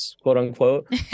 quote-unquote